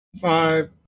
five